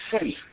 safe